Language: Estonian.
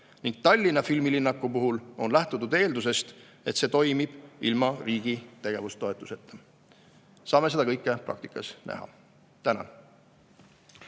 ning Tallinna filmilinnaku puhul on lähtutud eeldusest, et see toimib ilma riigi tegevustoetuseta. Saame seda kõike praktikas näha. Tänan!